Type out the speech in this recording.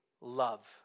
love